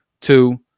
two